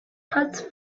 cuts